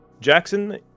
Jackson